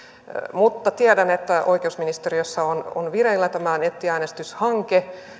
mutta tiedän että oikeusministeriössä on on vireillä tämä nettiäänestyshanke